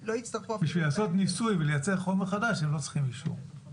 לא יצטרכו --- בשביל לעשות ניסוי ולייצר חומר חדש הם לא צריכים אישור.